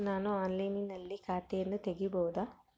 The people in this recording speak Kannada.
ನಾನು ಆನ್ಲೈನಿನಲ್ಲಿ ಖಾತೆಯನ್ನ ತೆಗೆಯಬಹುದಾ?